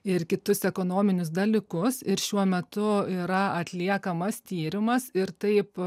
ir kitus ekonominius dalykus ir šiuo metu yra atliekamas tyrimas ir taip